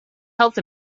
health